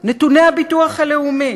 נתוני הביטוח הלאומי.